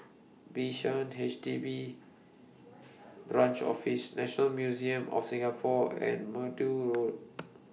Bishan H D B Branch Office National Museum of Singapore and Maude Road